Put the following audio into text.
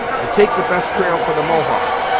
and take the best trail for the mohawk.